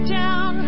down